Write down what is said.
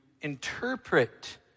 interpret